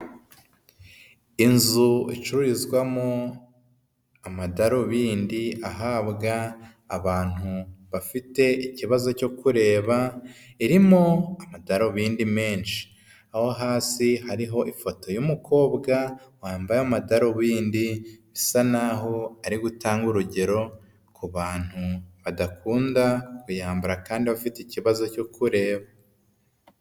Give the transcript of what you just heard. Inzu icururizwamo amadarubindi ahabwa abantu bafite ikibazo cyo kureba, irimo amadarubindi menshi. Aho hasi hariho ifoto y'umukobwa wambaye amadarubindi, bisa n'aho ari gutange urugero ku bantu badakunda kuyambara kandi bafite ikibazo cyo kureba.